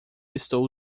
estou